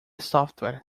software